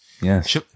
Yes